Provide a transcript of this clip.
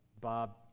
Bob